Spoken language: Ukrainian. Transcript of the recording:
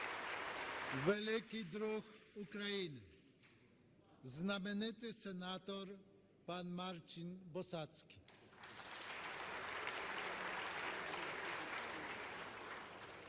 Великий друг України, знаменитий сенатор пан Марчін Босацький